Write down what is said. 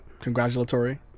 Congratulatory